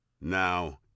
Now